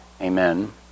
Amen